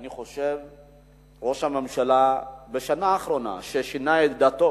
שאני חושב שראש הממשלה בשנה האחרונה שינה את דעתו